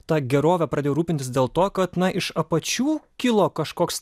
tą gerovę pradėjo rūpintis dėl to kad ne iš apačių kilo kažkoks